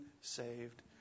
saved